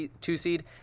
two-seed